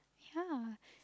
ya